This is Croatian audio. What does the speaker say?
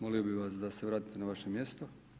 Molio bih vas da se vratite na vaše mjesto.